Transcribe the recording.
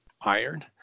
iron